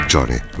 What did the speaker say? Johnny